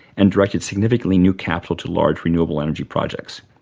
and directed significantly new capital to large renewable energy projects.